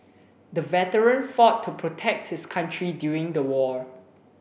the veteran fought to protect his country during the war